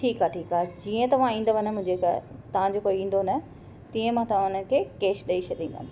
ठीकु आहे ठीक आहे जीअं तव्हां ईंदव न मुंहिंजे घरि तव्हांजो कोई ईंदो न तीअं मां तव्हां उनखे कैश ॾेई छ्ॾींदमि